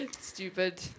Stupid